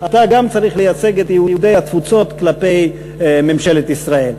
אתה גם צריך לייצג את יהודי התפוצות כלפי ממשלת ישראל.